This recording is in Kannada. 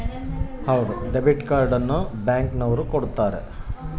ಡೆಬಿಟ್ ಕಾರ್ಡ್ ನ ಬ್ಯಾಂಕ್ ಅವ್ರು ಕೊಡ್ತಾರ